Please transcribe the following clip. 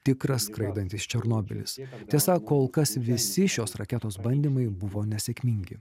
tikras skraidantis černobylis tiesa kol kas visi šios raketos bandymai buvo nesėkmingi